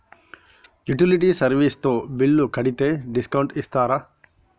Utility service తో bill కడితే discount ఇస్తరా?